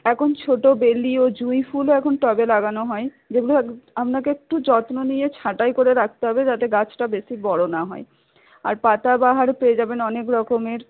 এখন ছোটো বেলি ও জুঁই ফুলও এখন টবে লাগানো হয় যেগুলো আপনাকে একটু যত্ন নিয়ে ছাঁটাই করে রাখতে হবে যাতে গাছটা বেশি বড় না হয় আর পাতাবাহার পেয়ে যাবেন অনেক রকমের